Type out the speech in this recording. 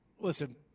listen